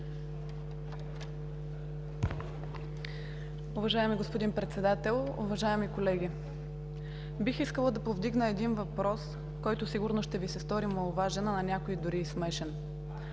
Уважаеми господин Председател, уважаеми колеги! Бих искала да повдигна един въпрос, който сигурно ще Ви се стори маловажен, а на някои – дори и смешен.